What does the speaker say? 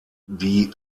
die